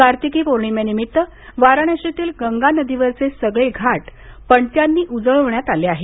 कार्तिक पौर्णिमेनिमित्त वारणसीतील गंगा नदीवरचे सगळे घाट पणत्यांनी उजळवण्यात आले आहेत